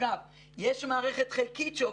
אגב, יש מערכת חלקית שעובדת,